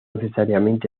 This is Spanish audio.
necesariamente